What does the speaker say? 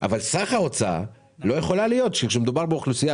אבל סך ההוצאה לא יכולה להיות כשמדובר באוכלוסייה